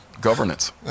Governance